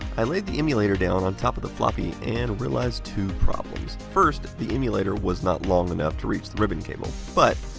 i laid the emulator down on top of the floppy, and realised two problems. first, the emulator was not long enough to reach the ribbon cable. but,